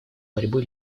борьбы